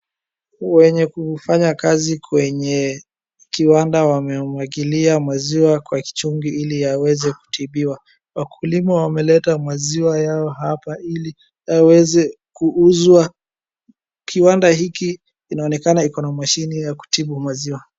Wenye kufanya kazi kwenye kiwanda wamemwagilia maziwa kwa kichungi iliyaweze kutibiwa. Wakulima wameleta maziwa yao hapa iliwaweze kuuzwa. Kiwanda hiki inaonekana iko na mashini ya kutibu maziwa.